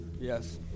Yes